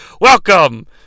Welcome